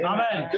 Amen